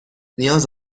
نیاز